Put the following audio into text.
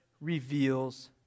reveals